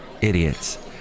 idiots